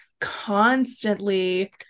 constantly